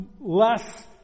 less